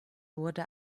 wurde